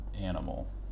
Animal